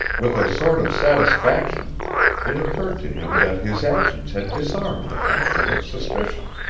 with a sort of satisfaction it occurred to him that his actions had disarmed the frenchman of suspicion.